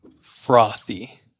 frothy